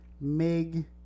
Mig